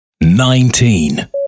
nineteen